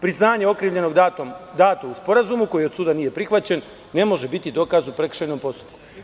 Priznanje okrivljenog dato u sporazumu koje od suda nije prihvaćeno, ne može biti dokaz u prekršajnom postupku.